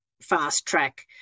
fast-track